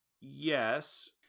yes